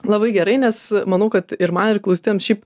labai gerai nes manau kad ir man ir klausytojam šiaip